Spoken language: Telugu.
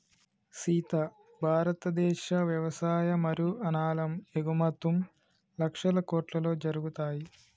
సీత భారతదేశ వ్యవసాయ మరియు అనాలం ఎగుమతుం లక్షల కోట్లలో జరుగుతాయి